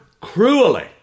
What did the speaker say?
cruelly